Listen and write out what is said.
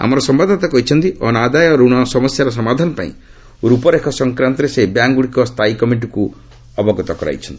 ଆମର ସମ୍ୟାଦଦାତା ଜଣାଇଛନ୍ତି ଅନାଦାୟ ଋଣ ସମସ୍ୟାର ସମାଧାନପାଇଁ ର୍ପରେଖ ସଂକ୍ରାନ୍ତରେ ସେହି ବ୍ୟାଙ୍କ୍ଗୁଡ଼ିକ ସ୍ଥାୟୀ କମିଟିକୁ ଅବଗତ କରାଇଛନ୍ତି